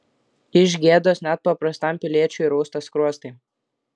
iš gėdos net paprastam piliečiui rausta skruostai